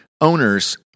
owners